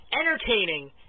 entertaining